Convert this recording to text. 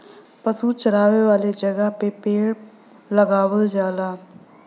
पशु चरावे वाला जगह पे पेड़ लगावल जाला